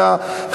להבות.